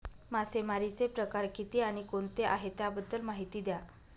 मासेमारी चे प्रकार किती आणि कोणते आहे त्याबद्दल महिती द्या?